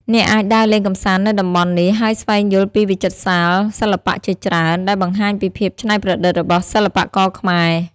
អ្នកអាចដើរលេងកម្សាន្តនៅតំបន់នេះ ហើយស្វែងយល់ពីវិចិត្រសាលសិល្បៈជាច្រើន ដែលបង្ហាញពីភាពច្នៃប្រឌិតរបស់សិល្បករខ្មែរ។